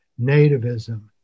nativism